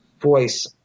voice